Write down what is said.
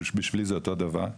בשבילי זה אותו דבר,